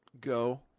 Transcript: go